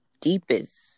deepest